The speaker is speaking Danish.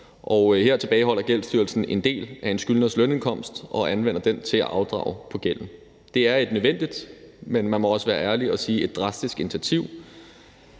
her tilbageholder Gældsstyrelsen en del af en skyldners lønindkomst og anvender den til at afdrage på gælden. Det er et nødvendigt, men man må også være ærlig og sige drastisk initiativ.